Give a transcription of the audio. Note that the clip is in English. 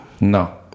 No